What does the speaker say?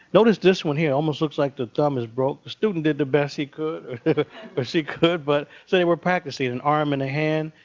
notice this one here almost looks like the thumb is broke. the student did the best he could or she could but so they were practicing an arm and a hand.